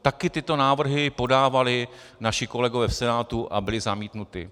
Také tyto návrhy podávali naši kolegové v Senátu a byly zamítnuty.